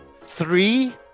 three